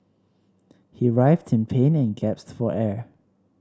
he writhed in pain and gasped for air